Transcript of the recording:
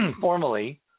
formally